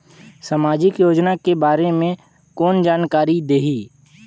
समाजिक योजना के बारे मे कोन जानकारी देही?